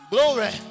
glory